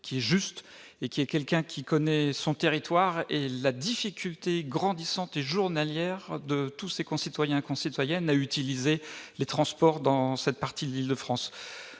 est juste. Il connaît son territoire et la difficulté grandissante et journalière de tous ses concitoyens et concitoyennes à utiliser les transports dans cette partie de l'Île-de-France.